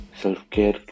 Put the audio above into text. Self-care